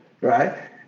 right